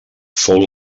fou